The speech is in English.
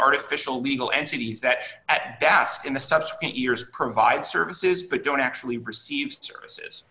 artificial legal entities that at bask in the subsequent years provide services but don't actually receive services